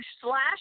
slash